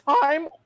time